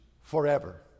forever